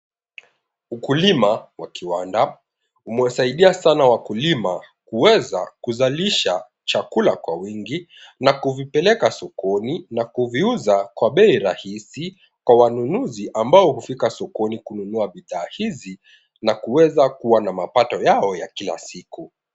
Ukulima wa kiwanda umewasaidia sana wakulima kuweza kuzalisha chakula kwa wingi na kuvipeleka sokoni na kuviuza kwa bei rahisi kwa wanunuzi ambao hufika sokoni kununua bidhaa hizi na kuweza kuwa na mapato yao ya kila siku.